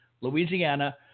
Louisiana